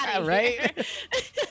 right